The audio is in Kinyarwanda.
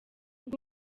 bw’u